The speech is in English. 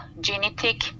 genetic